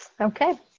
Okay